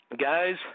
Guys